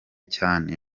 cyane